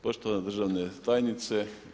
Poštovana državna tajnice.